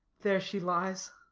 there she lies,